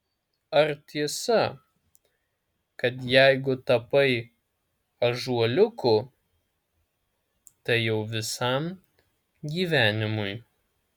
ar tiesa kad jeigu tapai ąžuoliuku tai jau visam gyvenimui